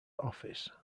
office